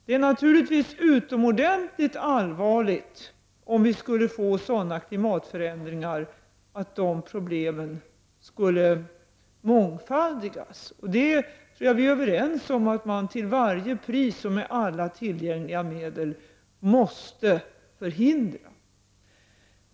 Det är naturligtvis utomordentligt allvarligt om sådana klimatförändringar skulle inträda att problemen skulle mångfaldigas, och jag tror att vi är överens om att man till varje pris och med alla tillgängliga medel måste förhindra detta.